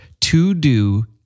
to-do